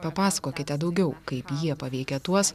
papasakokite daugiau kaip jie paveikė tuos